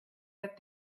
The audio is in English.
but